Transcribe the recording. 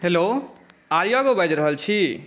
hello आर्यागो बाजि रहल छी